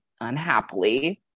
unhappily